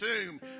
tomb